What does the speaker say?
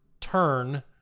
turn